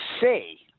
say